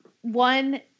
one